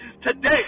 today